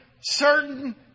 certain